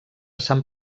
sant